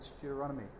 Deuteronomy